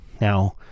Now